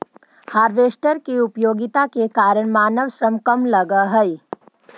harvester के उपयोगिता के कारण मानव श्रम कम लगऽ हई